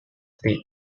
state